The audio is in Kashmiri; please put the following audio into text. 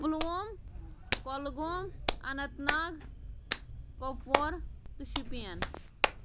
پُلووم کۄلگاو اَنتھ ناگ کۄپوور تہٕ شُپین